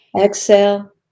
exhale